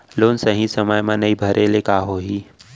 Loan सही समय मा नई भरे ले का होही?